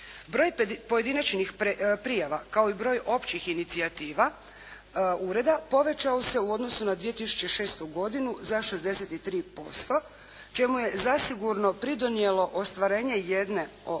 Broj pojedinačnih prijava kao i broj općih inicijativa ureda povećao se u odnosu na 2006. godinu za 63% čemu je zasigurno pridonijelo ostvarenje jedne od